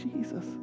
Jesus